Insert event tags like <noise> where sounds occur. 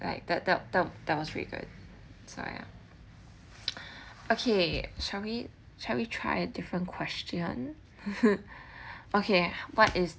like that that the that was really good so ya <noise> okay shall we shall we try a different question <laughs> okay what is